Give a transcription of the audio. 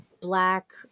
Black